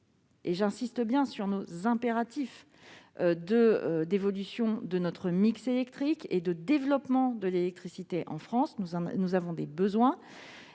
j'insiste bien sur ce point - d'évolution du mix électrique et de développement de l'électricité en France, car nous avons des besoins,